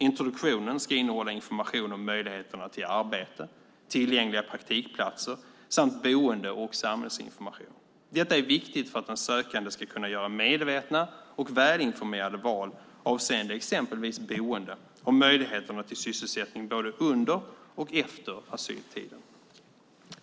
Introduktionen ska innehålla information om möjligheterna till arbete, tillgängliga praktikplatser och boende men också samhällsinformation. Detta är viktigt för att den sökande ska kunna göra medvetna val och vara välinformerad avseende exempelvis boende och möjligheterna till sysselsättning både under och efter asyltiden.